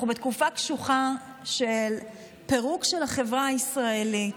אנחנו בתקופה קשוחה של פירוק של החברה הישראלית,